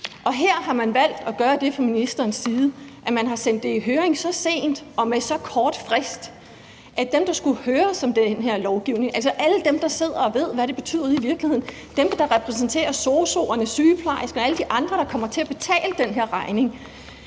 Og her har man fra ministerens side valgt at gøre det, at man har sendt det i høring så sent og med så kort frist, at dem, der skulle høres om den her lovgivning – altså alle dem, der sidder og ved, hvad det betyder ude i virkeligheden; dem, der repræsenterer sosu'erne, sygeplejerskerne og alle de andre, der kommer til at betale den her regning